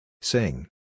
Sing